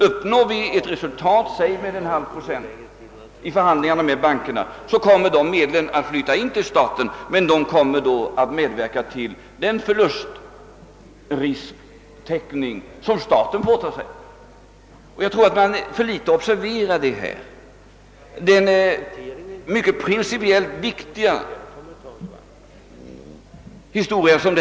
Uppnår vi ett resultat — säg en halv procent — i förhandlingarna med bankerna, kommer dessa medel att flyta in till staten, men de kommer då att medverka till den förlustrisktäckning som staten åtager sig. Jag tror att man för litet observerat detta principiellt mycket viktiga problem.